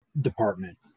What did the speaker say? department